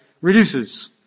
reduces